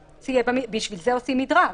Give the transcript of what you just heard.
בשביל זה עושים מדרג.